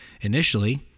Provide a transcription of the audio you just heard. initially